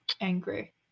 angry